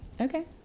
Okay